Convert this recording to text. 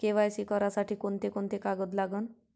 KYC करासाठी कोंते कोंते कागद लागन?